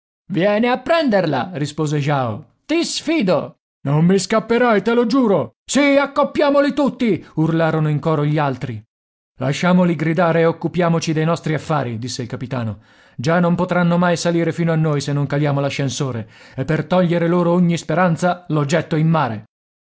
vieni a prenderla rispose jao ti sfido non mi scapperai te lo giuro sì accoppiamoli tutti urlarono in coro gli altri lasciamoli gridare e occupiamoci dei nostri affari disse il capitano già non potranno mai salire fino a noi se non caliamo l'ascensore e per togliere loro ogni speranza lo getto in mare